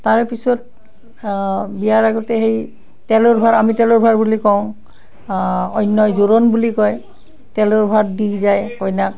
তাৰ পিছত বিয়াৰ আগতে সেই তেলৰভাৰ আমি তেলৰভাৰ বুলি কওঁ অন্যই জোৰোণ বুলি কয় তেলৰ ভাৰ দি যায় কইনাক